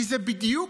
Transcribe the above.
כי זה בדיוק